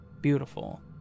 beautiful